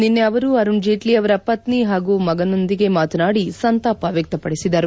ನಿನ್ನೆ ಅವರು ಅರುಣ್ ಜೇಟ್ಲಿ ಅವರ ಪತ್ನಿ ಹಾಗೂ ಮಗನೊಂದಿಗೆ ಮಾತನಾಡಿ ಸಂತಾಪ ವ್ಯಕ್ತಪಡಿಸಿದರು